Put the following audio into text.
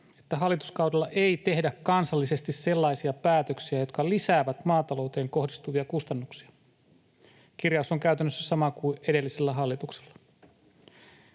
että hallituskaudella ei tehdä kansallisesti sellaisia päätöksiä, jotka lisäävät maatalouteen kohdistuvia kustannuksia. Kirjaus on käytännössä sama kuin edellisellä hallituksella.